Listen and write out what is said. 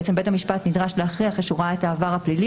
בעצם בית המשפט נדרש להכריע אחרי שהוא ראה את העבר הפלילי